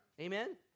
Amen